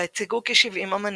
בה הציגו כשבעים אמנים,